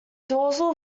dorsal